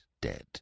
dead